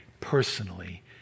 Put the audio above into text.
personally